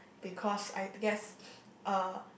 because I guess uh